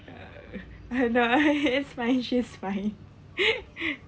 oh I know I she's fine she's fine